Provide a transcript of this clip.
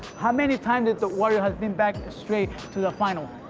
how many times that the warriors has been back straight to the final?